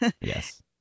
Yes